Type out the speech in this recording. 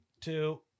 two